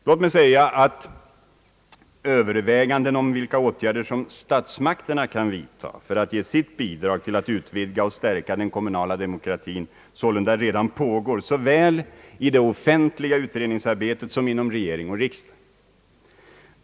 Låt mig säga att överväganden om vilka åtgärder som statsmakterna kan vidta för att ge sitt bidrag till att utvidga och stärka den kommunala demokratin sålunda pågår såväl i det offentliga utredningsarbetet som inom regering och riksdag.